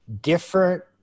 different